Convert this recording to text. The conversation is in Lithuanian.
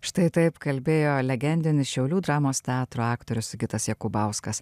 štai taip kalbėjo legendinis šiaulių dramos teatro aktorius sigitas jakubauskas